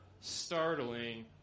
startling